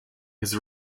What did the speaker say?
his